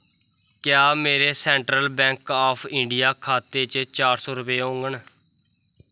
क्या मेरे Central Bank of India खाते च चार सौ रपेऽ होङन